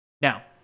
Now